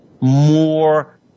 more